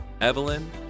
Evelyn